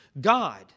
God